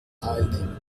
teilnehmen